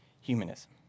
humanism